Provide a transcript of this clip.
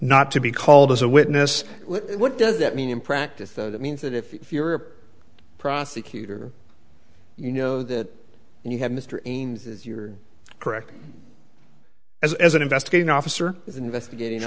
to be called as a witness what does that mean in practice that means that if you're a prosecutor you know that you have mr ains is your correct as an investigating officer is investigating